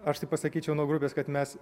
aš taip pasakyčiau nuo grupės kad mes